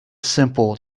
simple